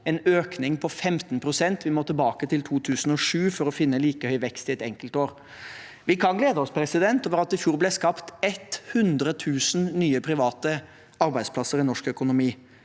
en økning på 15 pst. Vi må tilbake til 2007 for å finne like høy vekst i et enkeltår. Vi kan glede oss over at det i fjor ble skapt 100 000 nye private arbeidsplasser i norsk økonomi.